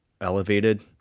elevated